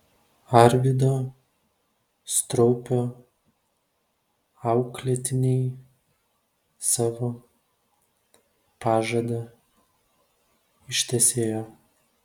arvydo straupio auklėtiniai savo pažadą ištesėjo